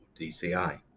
DCI